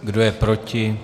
Kdo je proti?